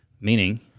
Meaning